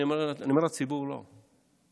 אני אומר לציבור: לא.